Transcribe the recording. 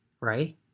right